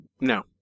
No